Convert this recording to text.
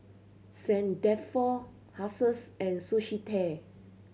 Saint Dalfour Asus and Sushi Tei